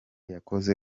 yakoze